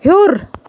ہیوٚر